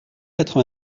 quatre